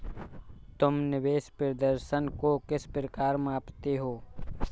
तुम निवेश प्रदर्शन को किस प्रकार मापते हो?